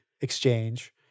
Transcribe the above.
exchange